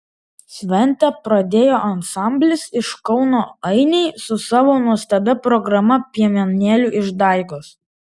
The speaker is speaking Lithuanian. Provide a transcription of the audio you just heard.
šventę pradėjo ansamblis iš kauno ainiai su savo nuostabia programa piemenėlių išdaigos